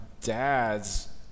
dad's